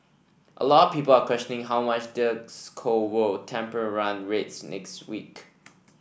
a lot people are questioning how much this cold will temper run rates next week